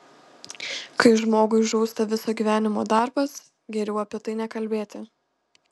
kai žmogui žūsta viso gyvenimo darbas geriau apie tai nekalbėti